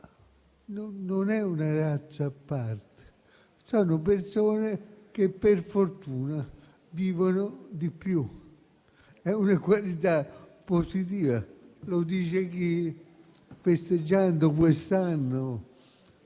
di una razza a parte. Sono persone che per fortuna vivono di più; è una qualità positiva e lo dice chi, festeggiando quest'anno